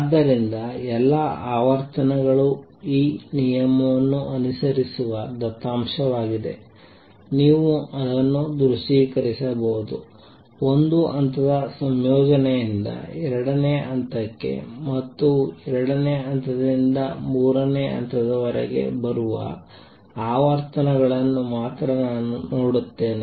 ಆದ್ದರಿಂದ ಎಲ್ಲಾ ಆವರ್ತನಗಳು ಈ ನಿಯಮವನ್ನು ಅನುಸರಿಸುವ ದತ್ತಾಂಶವಾಗಿದೆ ನೀವು ಇದನ್ನು ದೃಶ್ಯೀಕರಿಸಬಹುದು ಒಂದು ಹಂತದ ಸಂಯೋಜನೆಯಿಂದ ಎರಡನೆಯ ಹಂತಕ್ಕೆ ಮತ್ತು ಎರಡನೇ ಹಂತದಿಂದ ಮೂರನೇ ಹಂತದವರೆಗೆ ಬರುವ ಆವರ್ತನಗಳನ್ನು ಮಾತ್ರ ನಾನು ನೋಡುತ್ತೇನೆ